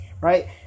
Right